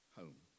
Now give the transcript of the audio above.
home